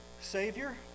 savior